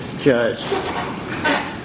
Judge